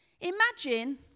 Imagine